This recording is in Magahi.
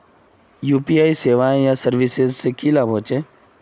यु.पी.आई सेवाएँ या सर्विसेज से की लाभ होचे?